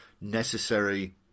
necessary